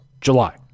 July